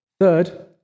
Third